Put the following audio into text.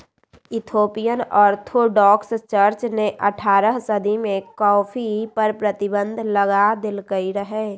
Ethiopian Orthodox church ने अठारह सदी में कॉफ़ी पर प्रतिबन्ध लगा देलकइ रहै